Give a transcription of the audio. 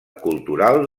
cultural